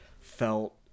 felt